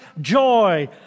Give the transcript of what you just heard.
joy